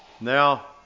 Now